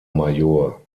major